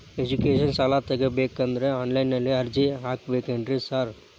Education ಸಾಲ ತಗಬೇಕಂದ್ರೆ online ನಲ್ಲಿ ಅರ್ಜಿ ಹಾಕ್ಬೇಕೇನ್ರಿ ಸಾರ್?